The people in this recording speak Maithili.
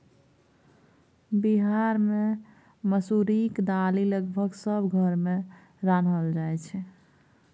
बिहार मे मसुरीक दालि लगभग सब घर मे रान्हल जाइ छै